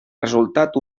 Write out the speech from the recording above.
resultat